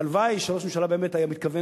הלוואי שראש הממשלה באמת היה מתכוון